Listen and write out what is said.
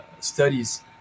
studies